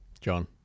John